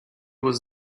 was